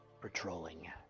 patrolling